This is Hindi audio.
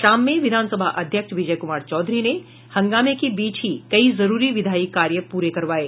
शाम में विधान सभा अध्यक्ष विजय कुमार चौधरी ने हंगामे के बीच ही कई जरूरी विधायी कार्य प्ररे करवाये